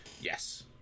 Yes